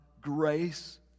grace